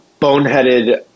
Boneheaded